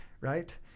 Right